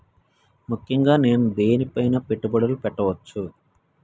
ముఖ్యంగా నేను దేని పైనా పెట్టుబడులు పెట్టవచ్చు?